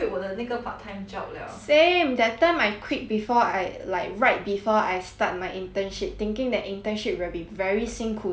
same that time I quit before I like right before I start my internship thinking that internship will be very 辛苦 to continue working